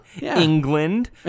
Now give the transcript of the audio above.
England